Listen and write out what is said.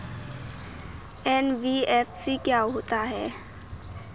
NBFC क्या होता है?